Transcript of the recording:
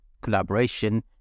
collaboration